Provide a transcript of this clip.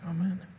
Amen